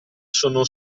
sono